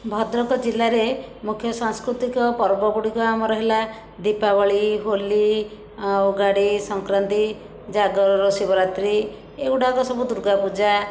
ଭଦ୍ରକ ଜିଲ୍ଲାରେ ମୁଖ୍ୟ ସାଂସ୍କୃତିକ ପର୍ବ ଗୁଡ଼ିକ ଆମର ହେଲା ଦୀପାବଳି ହୋଲି ଉଗାଡ଼ି ସଂକ୍ରାନ୍ତି ଜାଗରର ଶିବରାତ୍ରି ଏଗୁଡ଼ାକ ସବୁ ଦୁର୍ଗା ପୂଜା